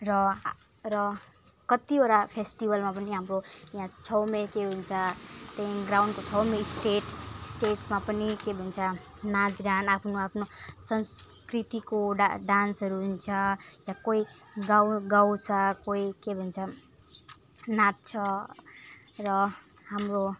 र र कतिवटा फेस्टिभलमा पनि हाम्रो यहाँ छेउमै के भन्छ त्यहीँ ग्राउन्डको छउमै स्टेट स्टेजमा पनि के भन्छ नाचगान आफ्नो आफ्नो संस्कृतिको डान डान्सहरू हुन्छ यहाँ कोही गाउ गाउछ कोही के भन्छ नाच्छ र हाम्रो